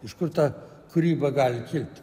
iš kur ta kūryba gali kilti